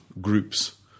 groups